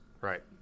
Right